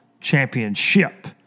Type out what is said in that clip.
championship